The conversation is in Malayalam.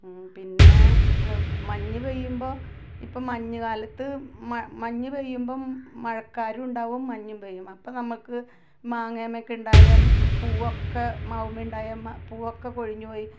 പിന്നെ മഞ്ഞ് പെയ്യുമ്പോൾ ഇപ്പം മഞ്ഞുകാലത്ത് മ മഞ്ഞു പെയ്യുമ്പം മഴക്കാറുണ്ടാകും മഞ്ഞും പെയ്യും അപ്പോൾ നമുക്ക് മാങ്ങയിൻമേലൊക്കെ ഉണ്ടായ പൂവൊക്കെ മാവിൻമേൽ ഉണ്ടായ പൂവൊക്കെ കൊഴിഞ്ഞ് പോയി